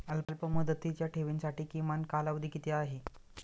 अल्पमुदतीच्या ठेवींसाठी किमान कालावधी किती आहे?